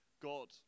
God